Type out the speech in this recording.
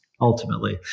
ultimately